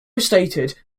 stated